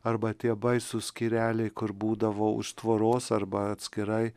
arba tie baisūs skyreliai kur būdavo už tvoros arba atskirai